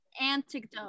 Antidote